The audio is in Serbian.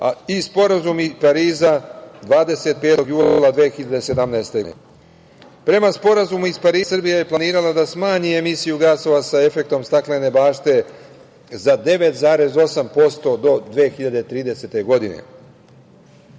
i Sporazum iz Pariza 25. jula 2017. godine. Prema Sporazumu iz Pariza, Srbija je planirala da smanji emisiju gasova sa efektom staklene bašte za 9,8% do 2030. godine,